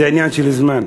זה עניין של זמן,